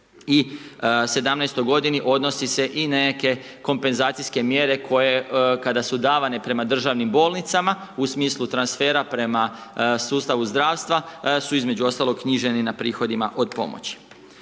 2017. godini odnosi se i na neke kompenzacijske mjere koje kada su davane prema državnim bolnicama, u smislu transfera prema sustavu zdravstva su između ostaloga knjiženi na prihodima od pomoći.